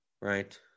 right